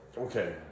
Okay